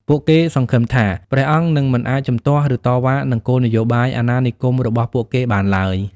ពួកគេសង្ឃឹមថា ព្រះអង្គនឹងមិនអាចជំទាស់ ឬតវ៉ានឹងគោលនយោបាយអាណានិគមរបស់ពួកគេបានឡើយ។